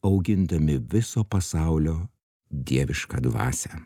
augindami viso pasaulio dievišką dvasią